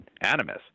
animus